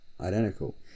identical